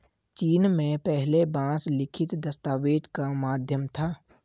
चीन में पहले बांस लिखित दस्तावेज का माध्यम था